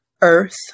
earth